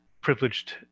privileged